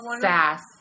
sass